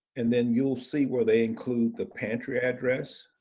and then you'll see where they include the pantry address,